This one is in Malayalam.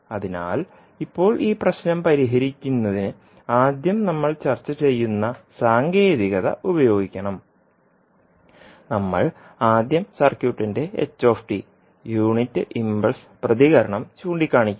അതിനാൽ ഇപ്പോൾ ഈ പ്രശ്നം പരിഹരിക്കുന്നതിന് ആദ്യം നമ്മൾ ചർച്ച ചെയ്യുന്ന സാങ്കേതികത ഉപയോഗിക്കണം നമ്മൾ ആദ്യം സർക്യൂട്ടിന്റെ h യൂണിറ്റ് ഇംപൾസ് പ്രതികരണം ചൂണ്ടിക്കാണിക്കും